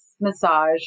massage